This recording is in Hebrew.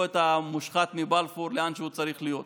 את המושחת מבלפור לאן שהוא צריך להיות.